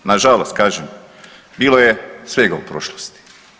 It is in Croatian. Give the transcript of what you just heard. Nažalost kažem, bilo je svega u prošlosti.